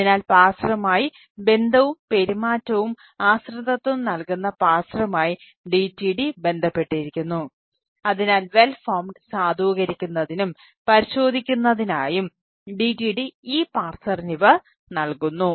അതിനാൽ XML data ഇവ നൽകുന്നു